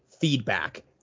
Feedback